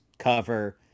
cover